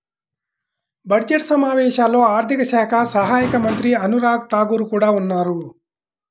budget సమావేశాల్లో ఆర్థిక శాఖ సహాయక మంత్రి అనురాగ్ ఠాకూర్ కూడా ఉన్నారు